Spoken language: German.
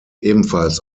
ebenfalls